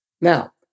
Now